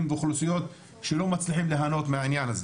ואוכלוסיות שלא מצליחות להנות מזה.